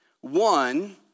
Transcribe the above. one